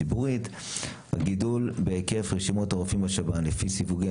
יש כמה